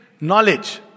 knowledge